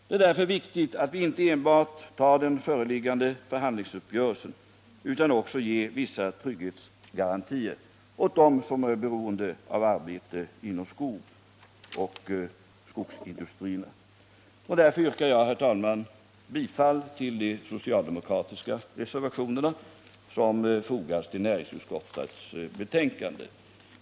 Det är därför viktigt att vi inte enbart inte tar den föreliggande förhandlingsuppgörelsen utan också ger vissa trygghetsgarantier åt dem som är beroende av arbete inom skogen och skogsindustrierna. Därför yrkar jag, herr talman, bifall till den socialdemokratiska reservationerna som fogats vid näringsutskottets betänkande.